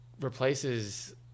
replaces